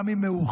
גם אם מאוחר,